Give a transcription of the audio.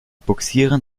bugsieren